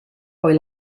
poi